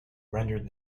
rendered